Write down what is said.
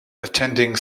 attending